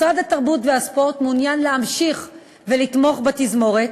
משרד התרבות והספורט מעוניין להמשיך ולתמוך בתזמורת,